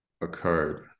occurred